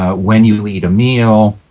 ah when you eat a meal,